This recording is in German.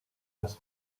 das